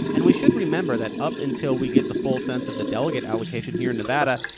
and we should remember that up until we get the full sense of the delegate allocation here in nevada,